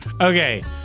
okay